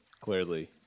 Clearly